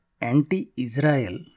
anti-Israel